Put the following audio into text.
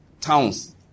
towns